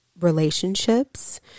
relationships